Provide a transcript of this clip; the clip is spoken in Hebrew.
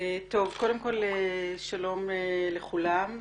קודם כל, שלום לכולם.